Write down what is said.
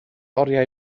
oriau